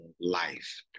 life